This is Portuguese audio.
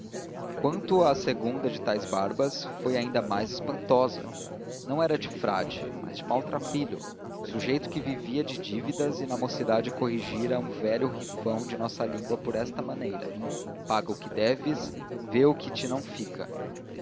quanto à segunda de tais barbas foi ainda mais espantosa não era de frade mas de maltrapilho um sujeito que vivia de dívidas e na mocidade corrigira um velho rifão da nossa língua por esta maneira paga o que deves vê o que te não fica